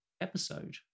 episode